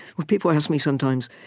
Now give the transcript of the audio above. well, people ask me, sometimes,